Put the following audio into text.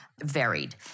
varied